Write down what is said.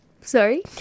Sorry